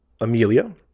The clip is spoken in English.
Amelia